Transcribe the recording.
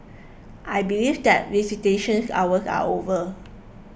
I believe that visitation hours are over